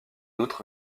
outre